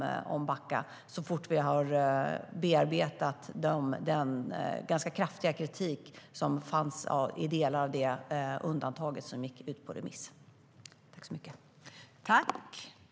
Det gör vi så fort vi har bearbetat den ganska kraftiga kritik som fanns i delar av det undantag som gick ut på remiss. Överläggningen var härmed avslutad.